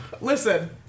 Listen